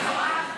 מה את מסכמת?